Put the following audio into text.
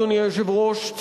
אדוני היושב-ראש,